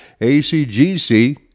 ACGC